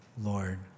Lord